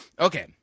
Okay